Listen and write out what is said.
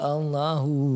Allahu